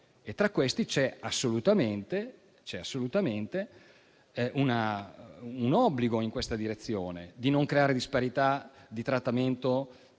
Tra questi, c'è assolutamente un obbligo che va in questa direzione, di non creare disparità di trattamento